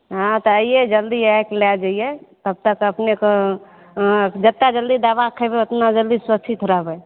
हॅं तऽ आइए जल्दी आबिके लए जाइए तब तक अपनेक ओ जते जल्दी दवा खेबै ओतना जल्दी सुरछित रहबै